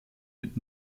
mit